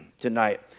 tonight